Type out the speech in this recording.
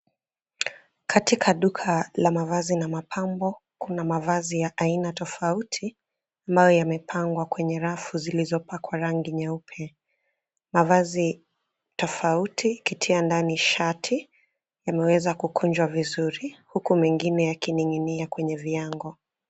Katika duka la mavazi na mapambo kuna mavazi ya aina tofauti ambayo yamepangwa kwenye rafu zilozopakwa rangi nyeupe. Mavazi tofauti ikitia ndani shati imewezwa kukujnjwa vizuri huku mengine yaki ninginia kwenye viango.